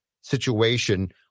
situation